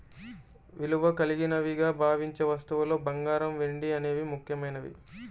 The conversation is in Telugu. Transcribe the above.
విలువ కలిగినవిగా భావించే వస్తువుల్లో బంగారం, వెండి అనేవి ముఖ్యమైనవి